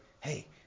Hey